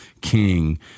king